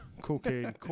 cocaine